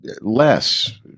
less